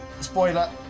Spoiler